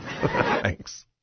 Thanks